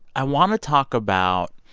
i want to talk about